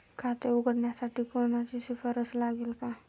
खाते उघडण्यासाठी कोणाची शिफारस लागेल का?